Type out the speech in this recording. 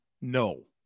No